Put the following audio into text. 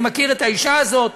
אני מכיר את האישה הזאת,